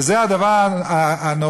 וזה הדבר הנורא